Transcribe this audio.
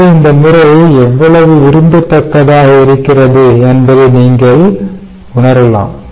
எனவே இந்த முறை எவ்வளவு விரும்பத்தக்கதாக இருக்கிறது என்பதை நீங்கள் உணரலாம்